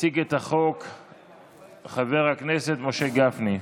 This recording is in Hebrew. יציג את הצעת החוק חבר הכנסת משה גפני.